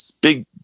big